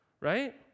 right